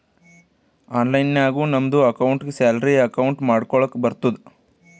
online ನಾಗು ನಮ್ದು ಅಕೌಂಟ್ಗ ಸ್ಯಾಲರಿ ಅಕೌಂಟ್ ಮಾಡ್ಕೊಳಕ್ ಬರ್ತುದ್